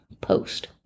Post